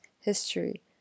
history